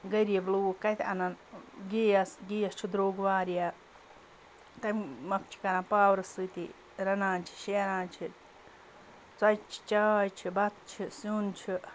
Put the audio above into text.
غریٖب لوٗکھ کَتہِ اَنَن گیس گیس چھُ درٛوٚگ واریاہ تَمہِ مۄکھ چھِ کَران پاورٕ سۭتی رَنان چھِ شیران چھِ ژۄچہِ چھِ چاے چھِ بَتہٕ چھِ سیُن چھُ